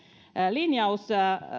linjaus